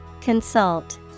Consult